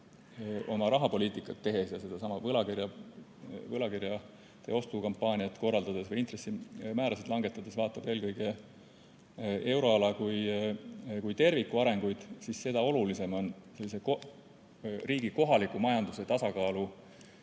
oma rahapoliitikat tehes ja sedasama võlakirjaostukampaaniat korraldades või intressimäärasid langetades vaatab eelkõige euroala kui terviku arenguid, on seda olulisem riigi kohaliku majanduse tasakaalu